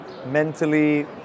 mentally